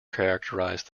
characterized